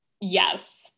Yes